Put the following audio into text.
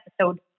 episode